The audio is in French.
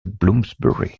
bloomsbury